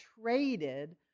traded